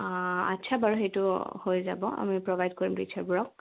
আচ্ছা বাৰু সেইটো হৈ যাব আমি প্ৰভাইড কৰিম টিচাৰবোৰক